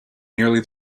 nearly